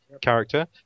character